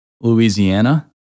Louisiana